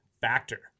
Factor